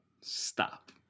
Stop